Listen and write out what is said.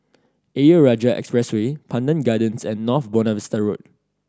Ayer Rajah Expressway Pandan Gardens and North Buona Vista Road